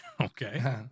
Okay